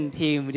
team